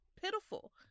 pitiful